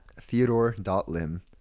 Theodore.Lim